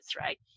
right